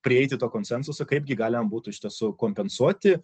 prieiti to konsensuso kaip gi galima būtų iš tiesų kompensuoti